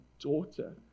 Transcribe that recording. daughter